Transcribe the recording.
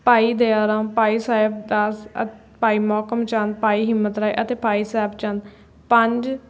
ਭਾਈ ਦਇਆ ਰਾਮ ਭਾਈ ਸਾਹਿਬ ਦਾਸ ਅ ਭਾਈ ਮੋਹਕਮ ਚੰਦ ਭਾਈ ਹਿੰਮਤ ਰਾਏ ਅਤੇ ਭਾਈ ਸਾਹਿਬ ਚੰਦ ਪੰਜ